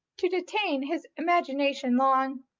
to detain his imagination long.